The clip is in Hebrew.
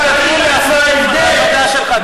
כשתתחיל לעשות את העבודה שלך,